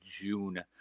June